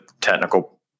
technical